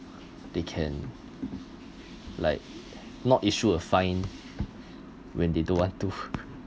they can like not issued a fine when they don't want to